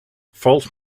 fault